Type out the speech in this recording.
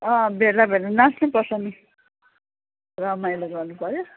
अँ बेला बेला नाच्नु पर्छ नि रमाइलो गर्नु पऱ्यो